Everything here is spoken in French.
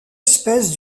espèce